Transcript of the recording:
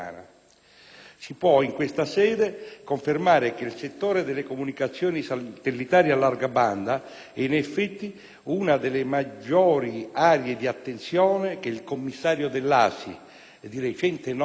Si può, in questa sede, confermare che il settore delle comunicazioni satellitari a larga banda è, in effetti, una delle aree di maggiore attenzione che il commissario dell'ASI, di recente nomina,